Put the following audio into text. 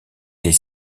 les